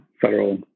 federal